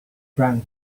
brown